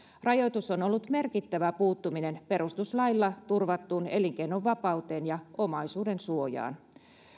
rajoitus on ollut merkittävä puuttuminen perustuslailla turvattuun elinkeinovapauteen ja omaisuudensuojaan